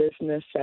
business